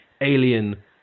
alien